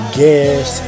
guess